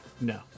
No